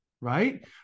right